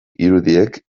irudiek